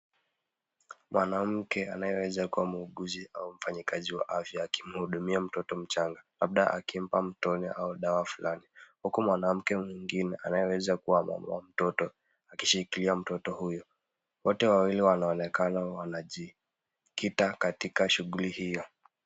Mwanamke anayeweza kuwa muuguzi au mfanyikazi wa afya akimhudumia mtoto mchanga labda akimpa matone au dawa fulani. Huku mwanamke mwingine anayeweza kuwa mama wa mtoto akishikilia mtoto huyu. Wote wawili wanaonekana wanajikita katika shughuli hiyo.